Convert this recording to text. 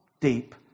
deep